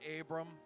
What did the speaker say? Abram